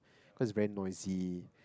cause very noisy